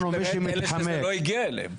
יש כאלה שזה לא הגיע אליהם.